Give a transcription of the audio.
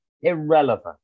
irrelevant